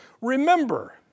Remember